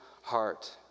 heart